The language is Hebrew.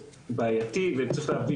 אבל אני לעומתכם,